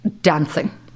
Dancing